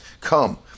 come